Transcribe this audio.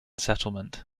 settlement